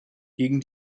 gegen